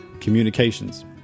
Communications